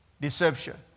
Deception